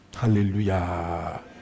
Hallelujah